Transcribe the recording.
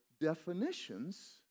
definitions